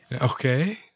Okay